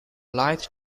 light